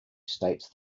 states